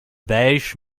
weich